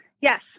yes